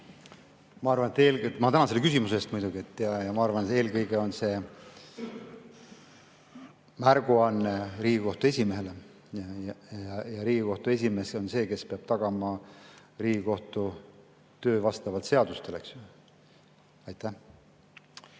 ma arvan, et eelkõige on see märguanne Riigikohtu esimehele. Riigikohtu esimees on see, kes peab tagama Riigikohtu töö vastavalt seadustele. Ma